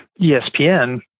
ESPN